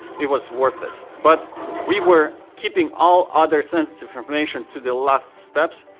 it was worth it. but we were keeping all other sensitive information to the last steps,